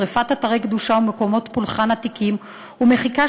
שרפת אתרי קדושה ומקומות פולחן עתיקים ומחיקה